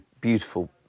beautiful